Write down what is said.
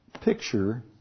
picture